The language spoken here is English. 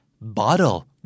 Bottle